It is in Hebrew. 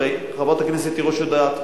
הרי חברת הכנסת תירוש יודעת,